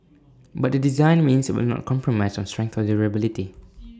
but the design means that IT will not compromise on strength or durability